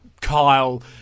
kyle